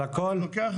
הכול בשליטה.